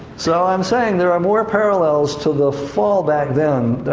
so, i'm saying there are more parallels to the fall back then,